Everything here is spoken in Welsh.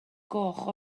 goch